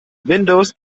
windows